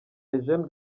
eugene